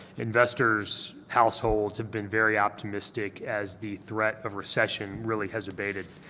investors, households have been very optimistic as the threat of recession really has evaded,